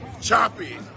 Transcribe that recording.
Choppy